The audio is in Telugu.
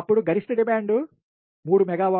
అప్పుడు గరిష్ట డిమాండ్ 3 మెగావాట్లు